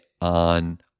on